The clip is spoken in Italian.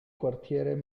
quartiere